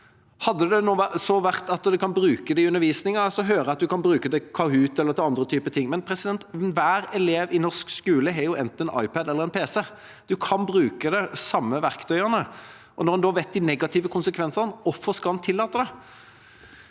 Hadde det enda vært at en kan bruke det i undervisningen – jeg hører at en kan bruke det til Kahoot eller til andre typer ting. Men enhver elev i norsk skole har jo enten en iPad eller en pc. En kan bruke de samme verktøyene. Og når en kjenner de negative konsekvensene, hvorfor skal en tillate det?